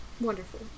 Wonderful